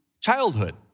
childhood